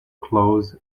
clothes